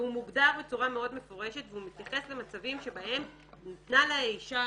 והוא מוגדר בצורה מאוד מפורשת והוא מתייחס למצבים שבהם ניתנו לאישה,